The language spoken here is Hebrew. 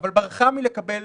אבל ברחה מלקבל